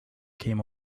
came